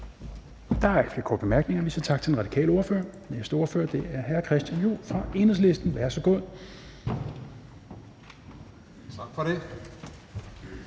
Der er ikke flere korte bemærkninger. Vi siger tak til den radikale ordfører. Den næste ordfører er hr. Christian Juhl fra Enhedslisten. Værsgo. Kl.